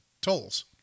tolls